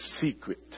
secret